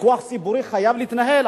ויכוח ציבורי חייב להתנהל,